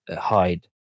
hide